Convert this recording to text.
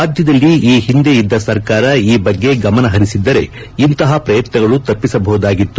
ರಾಜ್ಯದಲ್ಲಿ ಈ ಹಿಂದೆ ಇದ್ದ ಸರ್ಕಾರ ಈ ಬಗ್ಗೆ ಗಮನಹಂಸಿದ್ದರೆ ಇಂತಹ ಪ್ರಯತ್ನಗಳು ತಪ್ಪಿಸಬಹುದಾಗಿತ್ತು